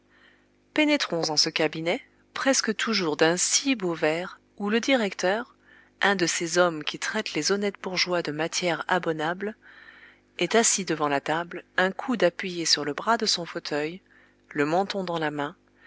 pénétrons en ce cabinet presque toujours d'un si beau vert où le directeur un de ces hommes qui traitent les honnêtes bourgeois de matière abonnable est assis devant la table un coude appuyé sur le bras de son fauteuil le menton dans la main